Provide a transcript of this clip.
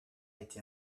été